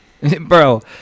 Bro